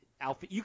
alpha